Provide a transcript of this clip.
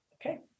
Okay